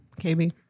KB